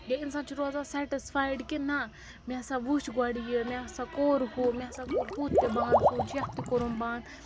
ییٚلہِ اِنسان چھُ روزان سٮ۪ٹِسفایِڈ کہِ نہ مےٚ ہَسا وٕچھ گۄڈٕ یہِ مےٚ ہَسا کوٚر ہُہ مےٚ ہسا کوٚر ہُتھ تہِ بنٛد سُچ یَتھ تہِ کوٚرُم بنٛد